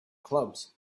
clubs